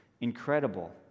incredible